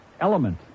element